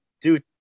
dude